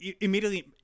immediately